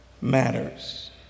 matters